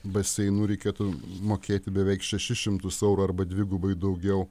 baseinu reikėtų mokėti beveik šešis šimtus eurų arba dvigubai daugiau